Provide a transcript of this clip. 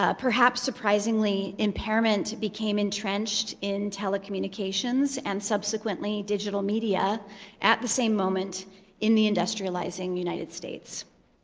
ah perhaps surprisingly, impairment became entrenched in telecommunications and, subsequently, digital media at the same moment in the industrializing united states.